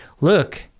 look